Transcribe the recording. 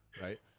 Right